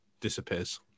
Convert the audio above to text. disappears